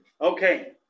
Okay